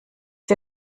dir